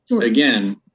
again